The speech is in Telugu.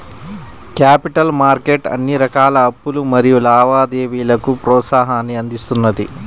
క్యాపిటల్ మార్కెట్ అన్ని రకాల అప్పులు మరియు లావాదేవీలకు ప్రోత్సాహాన్ని అందిస్తున్నది